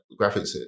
graphics